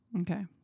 Okay